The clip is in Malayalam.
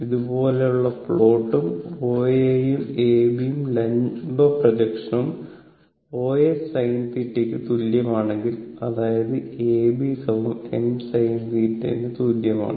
ഇതുപോലുള്ള പ്ലോട്ടും OA യും AB യുടെ ലംബ പ്രൊജക്ഷനും OS sin θ ക്ക് തുല്യമാണെങ്കിൽ അതായത് AB m sinθ ന് തുല്യമാണ്